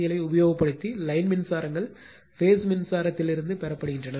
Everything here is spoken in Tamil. எல் உபயோகப்படுத்தி லைன் மின்சாரங்கள் பேஸ் மின்சாரத்தில் இருந்து பெறப்படுகின்றன